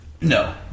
No